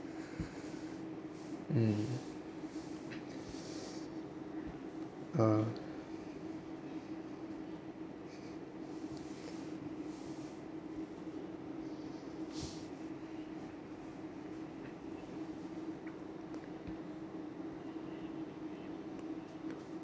mm uh